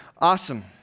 Awesome